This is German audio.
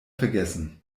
vergessen